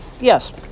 Yes